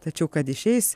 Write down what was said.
tačiau kad išeis